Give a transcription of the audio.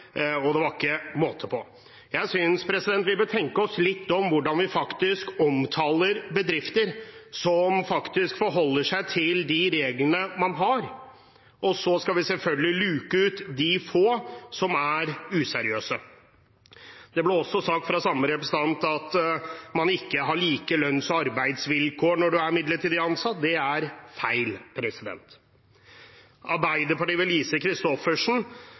og det var ikke måte på. Jeg synes vi bør tenke oss litt om når det gjelder hvordan vi omtaler bedrifter som forholder seg til de reglene man har. Og så skal vi selvfølgelig luke ut de få som er useriøse. Det ble også sagt fra samme representant at man ikke har like lønns- og arbeidsvilkår når man er midlertidig ansatt. Det er feil. Lise Christoffersen